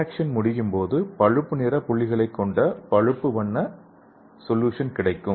reaction முடியும்போது பழுப்பு நிற புள்ளிகளைக் கொண்ட பழுப்பு வண்ண சொல்யூஷன் கிடைக்கும்